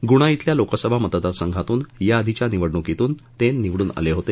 गुणा इथल्या लोकसभा मतदारसंघातून या आधीच्या निवडणूकीत ते निवडून आले होते